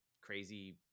crazy